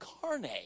carne